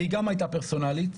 והיא גם הייתה פרסונלית,